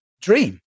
dream